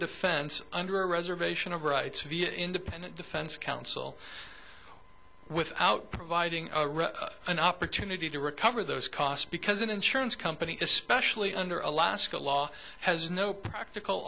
defense under reservation of rights via independent defense counsel without providing an opportunity to recover those costs because an insurance company especially under alaska law has no practical